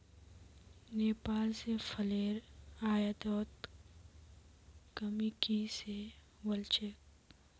नेपाल स फलेर आयातत कमी की स वल छेक